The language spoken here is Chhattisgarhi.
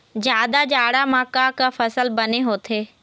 जादा जाड़ा म का का फसल बने होथे?